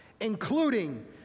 including